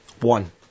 One